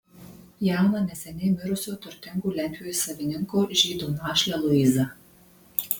jauną neseniai mirusio turtingo lentpjūvės savininko žydo našlę luizą